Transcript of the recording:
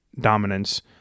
dominance